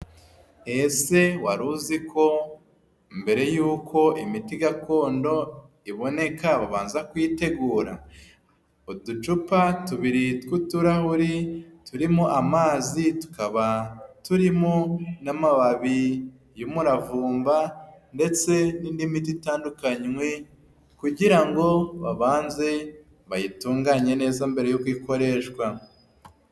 Ese wari uzi ko mbere yuko imiti gakondo iboneka ubanza kuyitegura? Uducupa tubiri tw'uturahuri turimo amazi tukaba turimo n'amababi y'umuravumba, ndetse n'indi miti itandukanye kugira ngo babanze bayitunganye neza mbere yuko ikoreshwa.